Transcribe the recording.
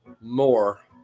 more